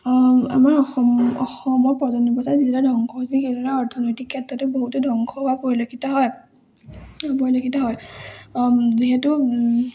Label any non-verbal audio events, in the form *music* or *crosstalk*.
আমাৰ অসম অসমৰ *unintelligible* ধ্বংস হৈছে সেইদৰে অৰ্থনৈতিক ক্ষেত্ৰতে বহুতো ধ্বংস হোৱা পৰিলক্ষিত হয় পৰিলক্ষিত হয় যিহেতু